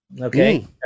Okay